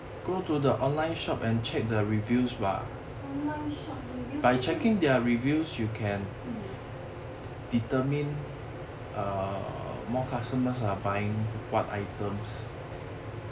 online shop reviews 因为 hmm